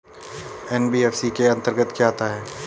NBFC के अंतर्गत क्या आता है?